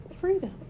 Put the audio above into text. freedom